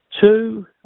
Two